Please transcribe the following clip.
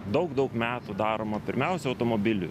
daug daug metų daroma pirmiausia automobiliu